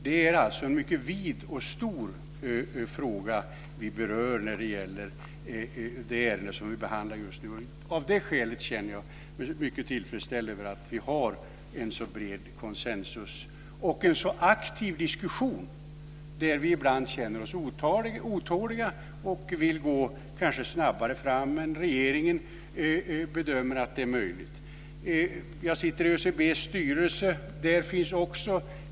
Det är alltså en mycket vid och stor fråga vi berör i det ärende som vi behandlar just nu. Av det skälet känner jag mig mycket tillfredsställd med att vi har en så bred konsensus och en så aktiv diskussion. Ibland känner vi oss otåliga och vill kanske gå snabbare fram än regeringen bedömer är möjligt. Jag sitter i ÖCB:s styrelse.